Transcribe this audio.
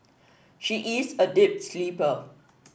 she is a deep sleeper